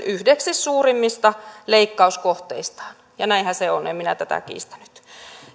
yhdeksi suurimmista leikkauskohteistaan näinhän se on en minä tätä kiistänyt